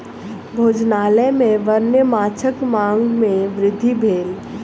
भोजनालय में वन्य माँछक मांग में वृद्धि भेल